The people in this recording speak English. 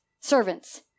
servants